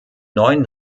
neuen